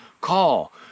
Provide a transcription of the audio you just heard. call